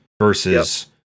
versus